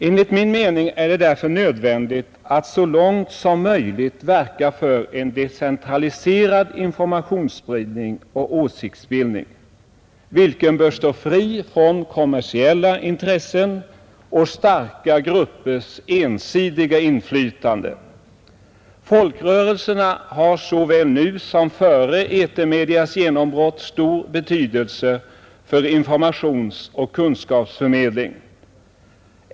Enligt min mening är det därför nödvändigt att så långt som möjligt verka för en decentraliserad informationsspridning och åsiktsbildning, vilken bör stå fri från kommersiella intressen och starka gruppers ensidiga inflytande. Folkrörelserna har såväl nu som före etermedias genombrott stor betydelse för informationsoch kunskapsförmedling.